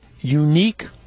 unique